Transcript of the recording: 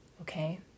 Okay